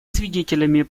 свидетелями